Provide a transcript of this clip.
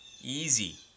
easy